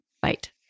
fight